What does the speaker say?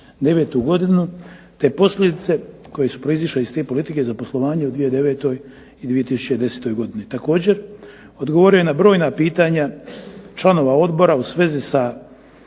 godinu, te posljedice koje su proizašle iz te politike za poslovanje u 2009. i 2010. godini. Također odgovorio je na brojna pitanja članova Odbora u svezi sa